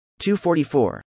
244